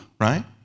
right